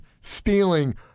stealing